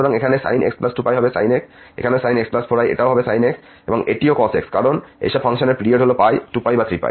সুতরাং এখানে এই sin x2π হবে sin x এখানেও sin x4π এটাও sin x এবং এটিও cos x কারণ এই সব ফাংশন এর পিরিয়ড হল 2π বা 2π3